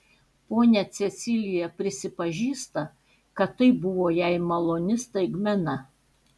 ponia cecilija prisipažįsta kad tai buvo jai maloni staigmena